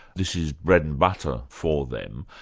this is bread and butter for them,